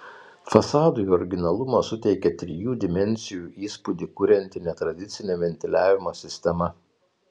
fasadui originalumo suteikia trijų dimensijų įspūdį kurianti netradicinė ventiliavimo sistema